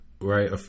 right